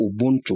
Ubuntu